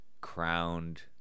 crowned